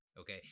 Okay